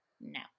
No